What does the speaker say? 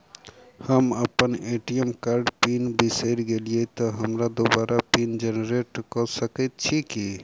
हम अप्पन ए.टी.एम कार्डक पिन बिसैर गेलियै तऽ हमरा दोबारा पिन जेनरेट कऽ सकैत छी की?